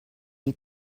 you